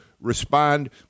respond